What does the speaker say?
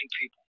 people